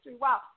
Wow